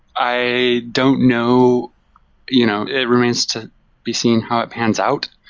i don't know you know it remains to be seen how it pans out.